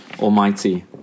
Almighty